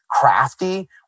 crafty